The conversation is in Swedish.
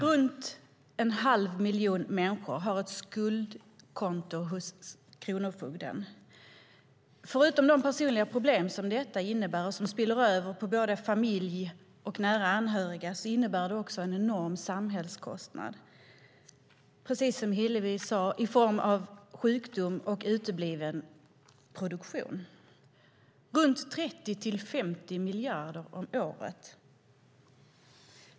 Runt en halv miljon människor har ett skuldkonto hos kronofogden. Förutom de personliga problem som detta innebär, som spiller över på både familj och på nära anhöriga, är det också en enorm samhällskostnad, precis som Hillevi sade, i form av sjukdom och utebliven produktion. Det rör sig om 30-50 miljarder om året.